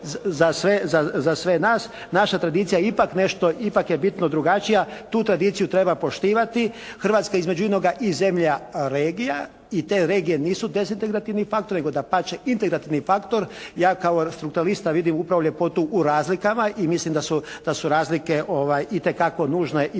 za sve nas. Naša tradicija je ipak nešto, ipak je bitno drugačija. Tu tradiciju treba poštivati. Hrvatska je između inoga i zemlja regija i te regije nisu dezintegrativni faktor nego dapače integrativni faktor. Ja kao strukturalista vidim upravo ljepotu u razlikama i mislim da su razlike itekako nužne i potrebne.